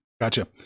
gotcha